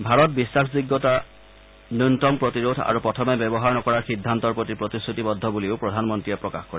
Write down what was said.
ভাৰত বিশ্বাসযোগ্য ন্যনতম প্ৰতিৰোধ আৰু প্ৰথমে ব্যৱহাৰ নকৰাৰ সিদ্ধান্তৰ প্ৰতি প্ৰতিশ্ৰুতিবদ্ধ বুলিও প্ৰধানমন্ত্ৰীয়ে প্ৰকাশ কৰে